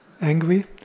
Angry